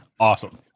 Awesome